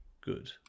Good